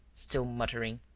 still muttering.